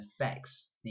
affects